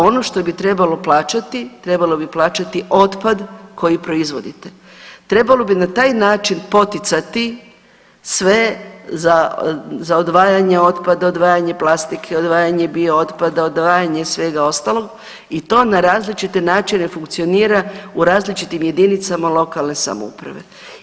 Ono što bi trebalo plaćati, trebalo bi plaćati otpada koji proizvodite, trebalo bi na taj način poticati sve za odvajanje otpada, odvajanje plastike, odvajanje bio otpada, odvajanje svega ostalog i to na različite načine funkcionira u različitim jedinicama lokalne samouprave.